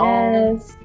yes